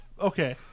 Okay